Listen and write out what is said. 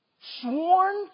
sworn